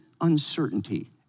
uncertainty